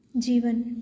ਜੀਵਨ